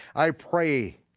i pray,